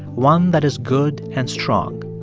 one that is good and strong.